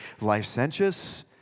licentious